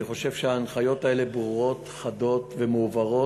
אני חושב שההנחיות האלה ברורות, חדות ומועברות